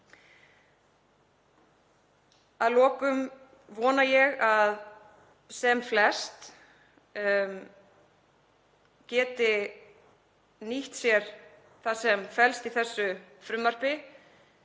Að lokum vona ég að sem flest geti nýtt sér það sem felst í þessu frumvarpi.